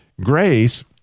grace